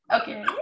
okay